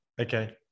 Okay